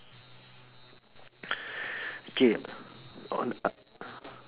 K